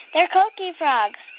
they're coqui frogs.